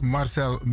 Marcel